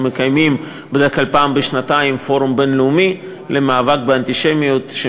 אנחנו מקיימים פעם בשנתיים פורום בין-לאומי למאבק באנטישמיות,